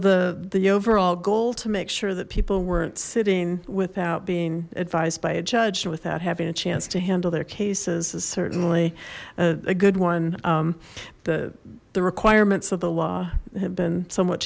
the the overall goal to make sure that people weren't sitting without being advised by a judge without having a chance to handle their cases as certainly a good one the the requirements of the law have been somewhat